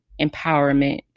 empowerment